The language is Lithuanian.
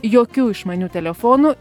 jokių išmanių telefonų